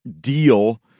deal